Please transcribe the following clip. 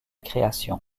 création